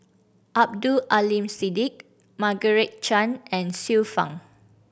Abdul Aleem Siddique Margaret Chan and Xiu Fang